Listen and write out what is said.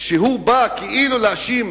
שבא כאילו להאשים